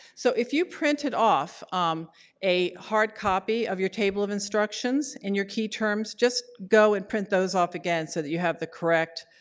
so if you printed off um a hard copy of your table of instructions and your key terms, just go and print those off again so that you have the correct